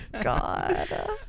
God